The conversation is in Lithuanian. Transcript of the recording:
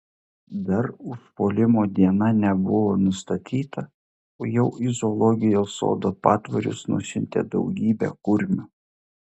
dar užpuolimo diena nebuvo nustatyta o jau į zoologijos sodo patvorius nusiuntė daugybę kurmių